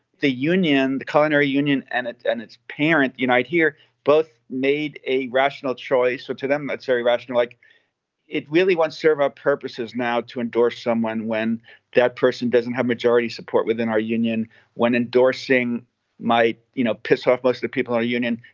the union, the culinary union and it and its parent unite here both made a rational choice. so to them, that's very rational. like it really won't serve our purposes now to endorse someone when that person doesn't have majority support within our union when endorsing my, you know, piss off, bless the people are union.